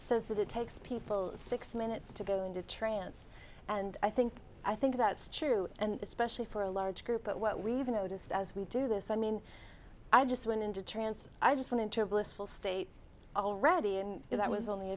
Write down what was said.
says that it takes people six minutes to go into trance and i think i think that's true and especially for a large group but what we've noticed as we do this i mean i just went into trance i just went into a blissful state already and it was only